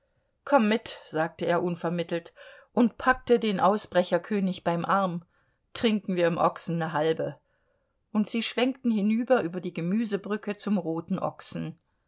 komm mit sagte er unvermittelt und packte den ausbrecherkönig beim arm trinken wir im ochsen ne halbe und sie schwenkten hinüber über die gemüsebrücke zum roten ochsen